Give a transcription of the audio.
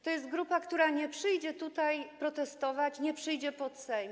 To jest grupa, która nie przyjdzie tutaj protestować, nie przyjdzie pod Sejm.